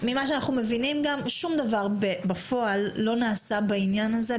ממה שאנחנו מבינים שום דבר בפועל לא נעשה בעניין הזה,